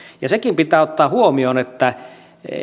sekin pitää ottaa huomioon että